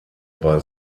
bei